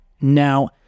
Now